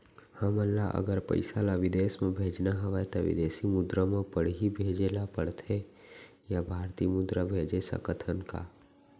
हमन ला अगर पइसा ला विदेश म भेजना हवय त विदेशी मुद्रा म पड़ही भेजे ला पड़थे या भारतीय मुद्रा भेज सकथन का?